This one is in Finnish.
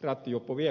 rattijuoppous vielä vaarallisempaa